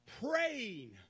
praying